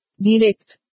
Direct